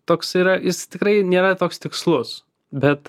toks yra jis tikrai nėra toks tikslus bet